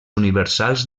universals